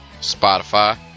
Spotify